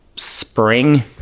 spring